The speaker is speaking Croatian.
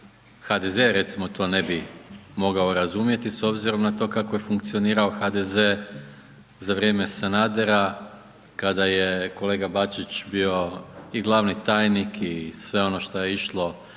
HDZ recimo to ne bi mogao razumjeti s obzirom na to kako je funkcionira HDZ za vrijeme Sanadera kada je kolega Bačić bio i glavni tajnik i sve ono što je išlo uz to